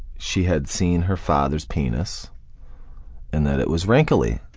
she had seen her father's penis and that it was wrinkly,